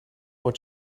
what